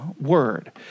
word